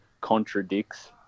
contradicts